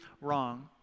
wrong